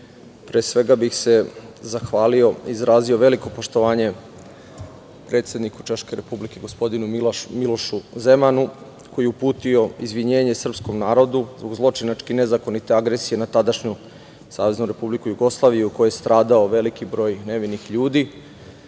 pre svega bih se zahvalio i izrazio veliko poštovanje predsedniku Češke Republike gospodinu Milošu Zemanu, koji je uputio izvinjenje srpskom narodu zbog zločinački nezakonite agresije na tadašnju SRJ u kojoj je stradao veliki broj nevinih ljudi